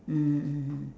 mmhmm mmhmm